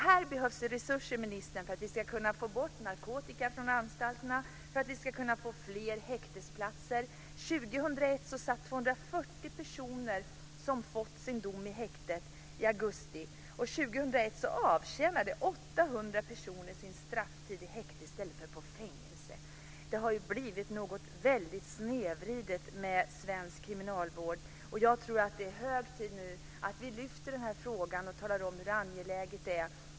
Här behövs resurser, ministern, för att vi ska kunna få bort narkotikan från anstalterna och för att vi ska kunna få fler häktesplatser. I augusti 2001 satt 2001 avtjänade 800 personer sin strafftid i häkte i stället för i fängelse. Det har blivit något väldigt snedvridet med svensk kriminalvård. Jag tror att det nu är hög tid att lyfta fram den här frågan och att tala om hur angeläget det är.